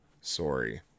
Sorry